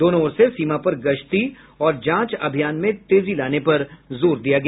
दोनों ओर से सीमा पर गश्ती और जांच अभियान में तेजी लाने पर जोर दिया गया